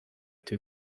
too